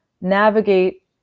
navigate